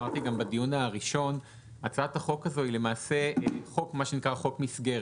הצעת החוק הזאת היא חוק מסגרת,